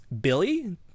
Billy